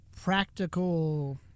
practical